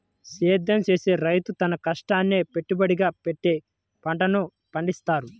సేద్యం చేసే రైతు తన కష్టాన్నే పెట్టుబడిగా పెట్టి పంటలను పండిత్తాడు